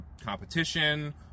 competition